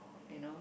and know